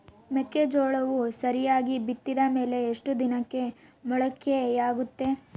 ಮೆಕ್ಕೆಜೋಳವು ಸರಿಯಾಗಿ ಬಿತ್ತಿದ ಮೇಲೆ ಎಷ್ಟು ದಿನಕ್ಕೆ ಮೊಳಕೆಯಾಗುತ್ತೆ?